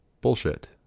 bullshit